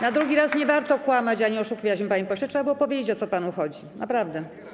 Na drugi raz nie warto kłamać ani mnie oszukiwać, panie pośle, trzeba było powiedzieć, o co panu chodzi, naprawdę.